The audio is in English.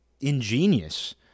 ingenious